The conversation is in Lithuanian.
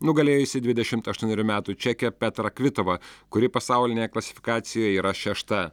nugalėjusi dvidešimt aštuonerių metų čekę petrą kvitovą kuri pasaulinėje klasifikacijoje yra šešta